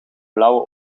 blauwe